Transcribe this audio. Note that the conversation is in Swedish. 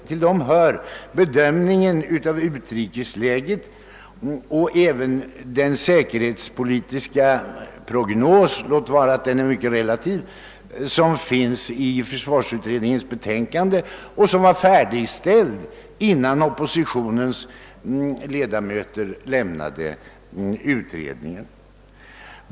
Till dem hör bedömningen av utrikesläget och den säkerhetspolitiska prognos — låt vara att den är mycket relativ — som finns i försvarsutredningens betänkande och som var färdigställd innan Ooppositionens ledamöter lämnade utredningen.